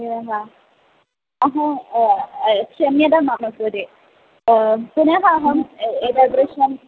एवं वा अहं क्षम्यतां मम कृते पुनः अहम् एतादृशम्